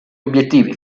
obiettivi